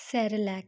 ਸੈਰੇਲਕ